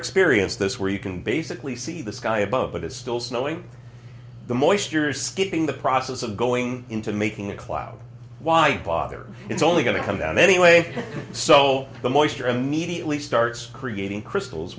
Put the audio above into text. experienced this where you can basically see the sky above it it's still snowing the moisture is skipping the process of going into making a cloud why bother it's only going to come down anyway so the moisture immediately starts creating crystals